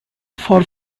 for